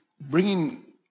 bringing